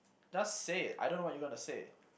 just say it I don't know what you gonna say